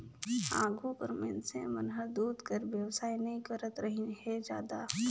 आघु कर मइनसे मन हर दूद के बेवसाय नई करतरहिन हें जादा